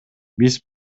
биз